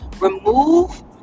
remove